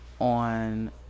on